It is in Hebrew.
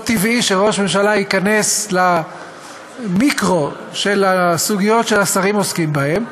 לא טבעי שראש ממשלה ייכנס למיקרו של הסוגיות שהשרים עוסקים בהן,